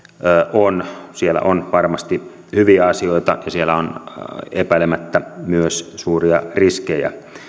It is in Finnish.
on siellä on varmasti hyviä asioita ja siellä on epäilemättä myös suuria riskejä